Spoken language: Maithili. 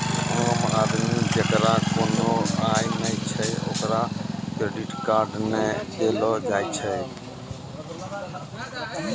आम आदमी जेकरा कोनो आय नै छै ओकरा क्रेडिट कार्ड नै देलो जाय छै